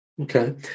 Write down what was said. Okay